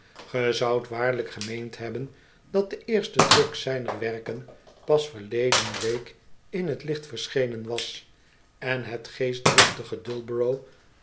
waarlijk gemeend hebben dat de eerste druk zijner werken pas verleden week in t licht verschenen was en het